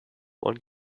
one